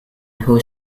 who